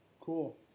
Cool